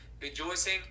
rejoicing